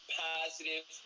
positive